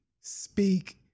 speak